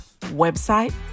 Website